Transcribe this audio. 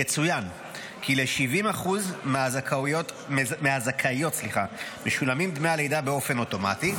יצוין כי ל-70% מהזכאיות משולמים דמי הלידה באופן אוטומטי,